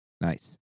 Nice